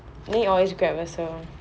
then you always grab also